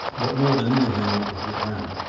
but more than anything it was atlanta.